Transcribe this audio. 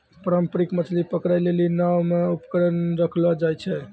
पारंपरिक मछली पकड़ै लेली नांव मे उपकरण रखलो जाय छै